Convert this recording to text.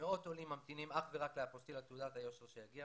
מאות עולים ממתינים אך ורק לאפוסטיל על תעודת היושר שיגיע